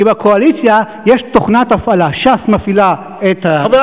כי בקואליציה יש תוכנת הפעלה: ש"ס מפעילה את מפלגת השלטון,